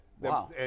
wow